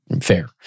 fair